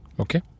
Okay